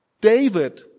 David